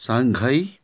Shanghai